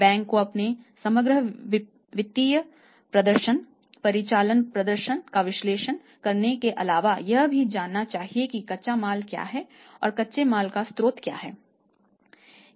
bank को अपने समग्र वित्तीय प्रदर्शन परिचालन प्रदर्शन का विश्लेषण करने के अलावा यह भी जानना चाहिए कि कच्चा माल क्या है और कच्चे माल का स्रोत क्या है